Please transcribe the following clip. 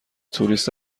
توریست